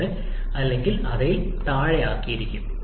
2 അല്ലെങ്കിൽ അതിൽ താഴെയായിരിക്കും